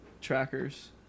trackers